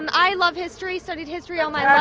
i love history, studied history all my life,